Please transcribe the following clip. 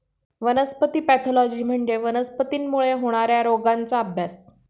वनस्पती पॅथॉलॉजी म्हणजे वनस्पतींमुळे होणार्या रोगांचा अभ्यास